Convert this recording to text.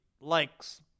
likes